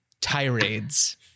tirades